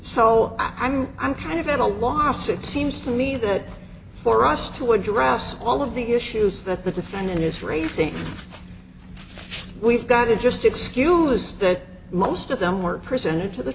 so i'm i'm kind of at a loss it seems to me that for us to address all of the issues that the defendant is raising we've got interested skews that most of them were presented to the